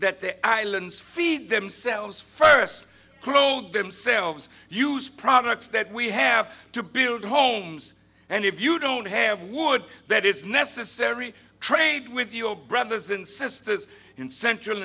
that the islands feed themselves first clothe themselves use products that we have to build homes and if you don't have wood that is necessary trade with your brothers and sisters in central